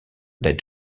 led